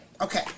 Okay